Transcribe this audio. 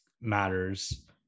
matters